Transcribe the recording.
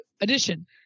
Addition